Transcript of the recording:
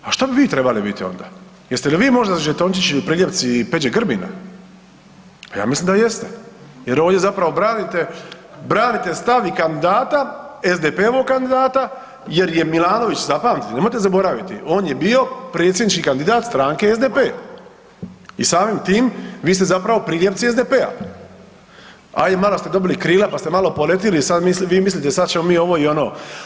A što bi vi trebali biti onda, jeste li vi možda žetončići il priljepci Peđi Grbina, a ja mislim da jeste jer ovdje zapravo branite stav i kandidata SDP-ovog kandidata jer je Milanović zapamtite, nemojte zaboraviti on je bio predsjednički kandidat stranke SDP i samim tim vi ste zapravo priljepci SDP-a, a i malo ste dobili krila pa ste malo poletjeli i sada vi mislite sada ćemo mi i ovo i ono.